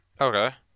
Okay